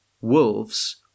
Wolves